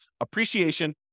appreciation